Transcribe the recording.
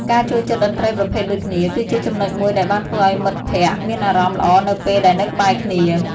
ការចូលចិត្តតន្ត្រីប្រភេទដូចគ្នាគឺជាចំណុចមួយដែលបានធ្វើឲ្យមិត្តភក្តិមានអារម្មណ៍ល្អនៅពេលដែលនៅក្បែរគ្នា។